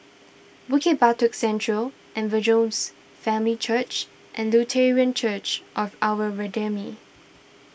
Bukit Batok Central Evangels Family Church and Lutheran Church of Our Redeemer